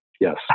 yes